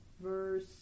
verse